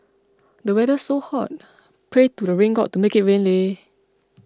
the weather's so hot pray to the rain god to make it rain leh